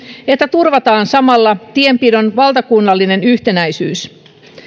että turvataan samalla tienpidon valtakunnallinen yhtenäisyys